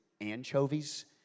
anchovies